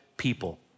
people